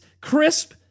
crisp